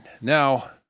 now